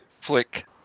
flick